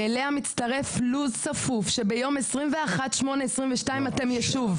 ואליה מצטרף לו"ז צפוף, שביום 21.8.22 אתם יישוב.